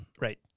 Right